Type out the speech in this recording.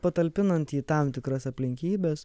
patalpinant į tam tikras aplinkybes